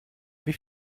wie